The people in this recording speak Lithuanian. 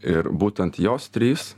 ir būtent jos trys